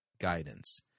guidance